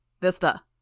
Vista